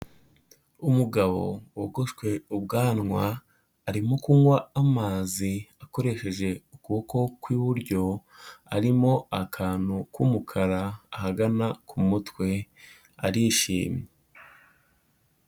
Umugabo wogoshwe ubwanwa, arimo kunywa amazi akoresheje ukuboko kw'iburyo, harimo akantu k'umukara ahagana ku mutwe arishimye.